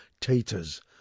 taters